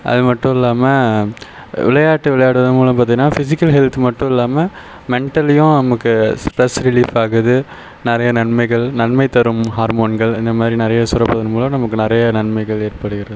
அது மட்டும் இல்லாமல் விளையாட்டு விளையாடுவது மூலிமா பார்த்தீங்கன்னா ஃபிஸிக்கல் ஹெல்த் மட்டும் இல்லாமல் மெண்டலையும் நமக்கு ஸ்ட்ரெஸ் ரிலீப் ஆகுது நிறைய நன்மைகள் நன்மை தரும் ஹார்மோன்கள் இந்த மாதிரி நிறைய சுரப்பதன் மூலம் நமக்கு நிறைய நன்மைகள் ஏற்படுகிறது